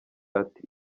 ati